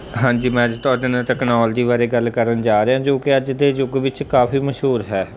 ਹਾਂਜੀ ਮੈ ਅੱਜ ਤੁਹਾਡੇ ਨਾਲ ਟੈਕਨੋਲਜੀ ਬਾਰੇ ਗੱਲ ਕਰਨ ਜਾ ਰਿਹਾ ਜੋ ਕਿ ਅੱਜ ਦੇ ਯੁੱਗ ਵਿੱਚ ਕਾਫੀ ਮਸ਼ਹੂਰ ਹੈ